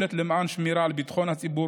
ופועלת למען שמירה על ביטחון הציבור